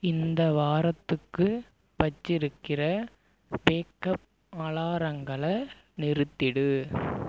இந்த வாரத்துக்கு வச்சியிருக்கிற வேக் அப் அலாரங்களை நிறுத்திவிடு